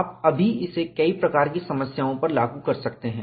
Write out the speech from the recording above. आप अभी इसे कई प्रकार की समस्याओं पर लागू कर सकते हैं